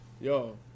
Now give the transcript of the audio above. Yo